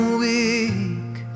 weak